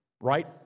right